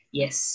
yes